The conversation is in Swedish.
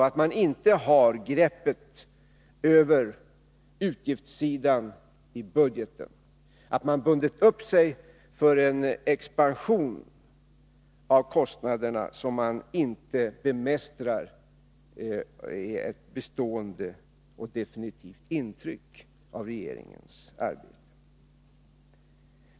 Att man inte har greppet över utgiftssidan i budgeten, att man bundit upp sig för en expansion av kostnaderna som man inte bemästrar, är ett bestående och definitivt intryck av regeringens arbete.